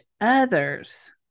others